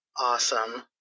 awesome